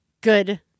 good